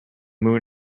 moon